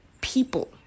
people